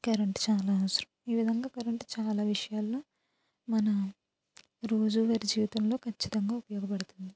current చాలా అవసరం ఈ విధంగా కరెంటు చాలా విషయాల్లో మన రోజువారి జీవితంలో ఖచ్చితంగా ఉపయోగపడుతుంది